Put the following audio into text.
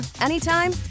anytime